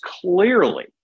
clearly